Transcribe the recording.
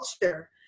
culture